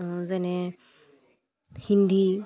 যেনে হিন্দী